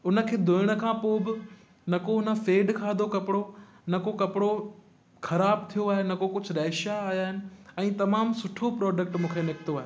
उनखे धोएण खां पोइ बि न को हुन फेड खाधो कपिड़ो न को कपिड़ो ख़राबु थियो आहे न को कुझु रेशा आया आहिनि ऐं तमामु सुठो प्रोडक्ट मूंखे निकितो आहे